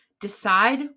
Decide